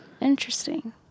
Interesting